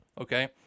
okay